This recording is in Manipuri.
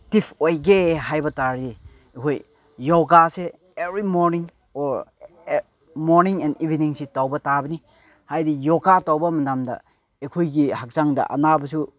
ꯑꯦꯛꯇꯤꯞ ꯑꯣꯏꯒꯦ ꯍꯥꯏꯕꯇꯥꯔꯗꯤ ꯑꯩꯈꯣꯏ ꯌꯣꯒꯥꯁꯦ every morning or morning and ꯏꯚꯤꯅꯤꯡꯁꯦ ꯇꯧꯕ ꯇꯥꯕꯅꯤ ꯍꯥꯏꯗꯤ ꯌꯣꯒꯥ ꯇꯧꯕ ꯃꯇꯝꯗ ꯑꯩꯈꯣꯏꯒꯤ ꯍꯛꯆꯥꯡꯗ ꯑꯅꯥꯕꯁꯨ